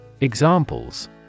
Examples